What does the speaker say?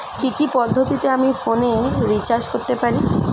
কি কি পদ্ধতিতে আমি ফোনে রিচার্জ করতে পারি?